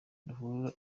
ruhurura